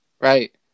Right